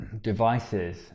Devices